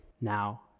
now